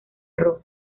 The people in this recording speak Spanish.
roo